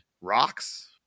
rocks